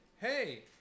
Hey